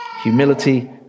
humility